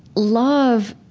love,